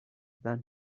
than